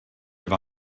dva